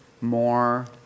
more